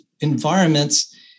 environments